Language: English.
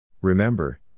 Remember